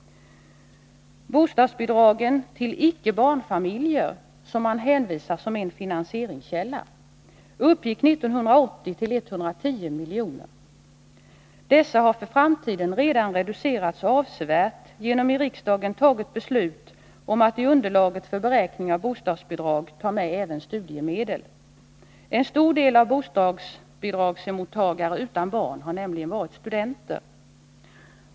Bostadsbidragen till icke barnfamiljer, som man hänvisar till som en finansieringskälla, uppgick 1980 till 110 milj.kr. Dessa har för framtiden reducerats avsevärt genom ett av riksdagen fattat beslut om att i underlaget för beräkning av bostadsbidrag ta med även studiemedel. En stor del av bostadsbidragsmottagarna utan barn har nämligen varit studenter.